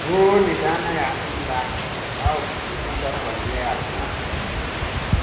Huu ni dhana ya e-learning au kujifunza kwa njia ya kielektroniki.